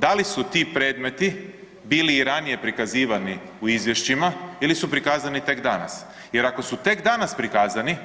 Da li su ti predmeti bili i ranije prikazivani u izvješćima ili su prikazani tek danas, jer ako su tek danas prikazani